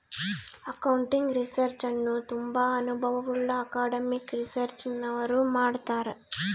accounting research ಅನ್ನು ತುಂಬಾ ಅನುಭವವುಳ್ಳ ಅಕಾಡೆಮಿಕ್ ರಿಸರ್ಚ್ನವರು ಮಾಡ್ತರ್